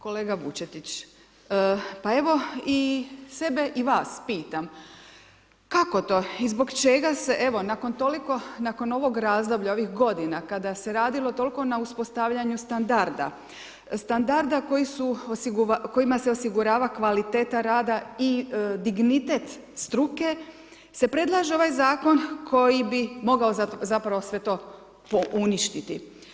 Kolega Vučetić, pa evo i sebe i Vas pitam kako to i zbog čega se nakon toliko, nakon ovog razdoblja, nakon ovih godina kada se radilo toliko na uspostavljanju standarda, standarda koji su, kojima se osigurava kvaliteta rada i dignitet struke se predlaže ovaj zakon koji bi mogao sve to zapravo po uništiti.